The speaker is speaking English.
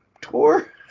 tour